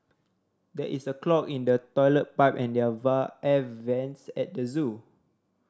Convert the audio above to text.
there is a clog in the toilet pipe and their air vents at the zoo